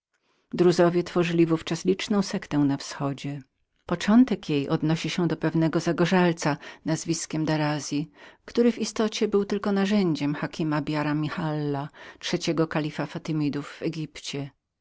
daryci tworzyli w ówczas liczną sektę na wschodzie początek jej odnosi się do pewnego zagorzalca nazwiskiem daraza który w istocie był tylko narzędziem hakema ben rillaha trzeciego kalifa fatymitów w egipcie